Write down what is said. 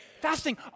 Fasting